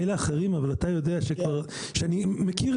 מילא אחרים אבל אתה יודע שאני מכיר